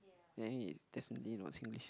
anyway is definitely not Singlish